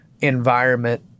environment